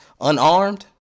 Unarmed